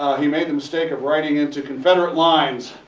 he made the mistake of riding into confederate lines